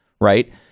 right